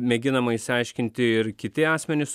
mėginama išsiaiškinti ir kiti asmenys